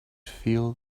feel